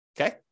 Okay